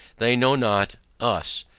they know not us,